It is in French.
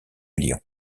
lyon